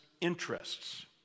interests